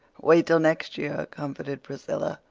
wait till next year, comforted priscilla.